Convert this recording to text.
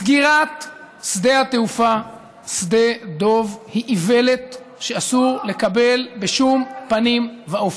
סגירת שדה התעופה שדה דב היא איוולת שאסור לקבל בשום פנים ואופן.